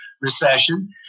recession